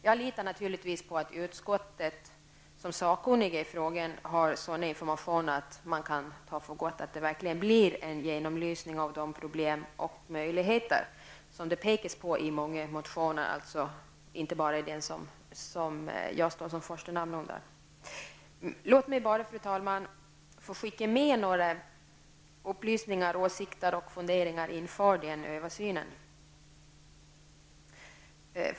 Jag litar naturligtvis på att utskottets ledamöter som sakkunniga i frågan har sådana informationer att jag kan ta för gott att det verkligen blir en genomlysning av de problem och möjligheter som det pekas på i många motioner, alltså inte bara den som jag står som första namn under. Låt mig bara, fru talman, få skicka med några upplysningar, åsikter och funderingar inför denna översyn.